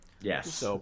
Yes